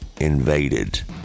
invaded